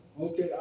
Okay